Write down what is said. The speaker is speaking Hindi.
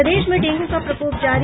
प्रदेश में डेंगू का प्रकोप जारी